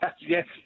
Yes